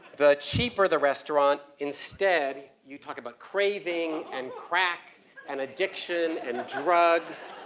the cheaper the restaurant, instead you talk about craving and crack and addiction and drugs